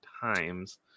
times